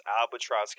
Albatross